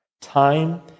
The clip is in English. time